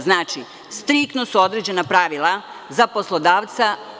Znači, striktno su određena pravila za poslodavca.